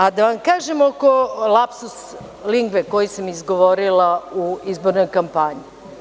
A da vam kažem oko lapsus lingve koju sam izgovorila u izbornoj kampanji.